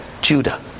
Judah